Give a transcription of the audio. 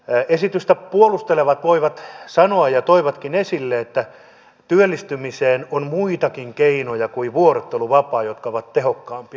esitystä puolustelevat voivat sanoa ja toivatkin esille että työllistymiseen on muitakin keinoja kuin vuorotteluvapaa jotka ovat tehokkaampia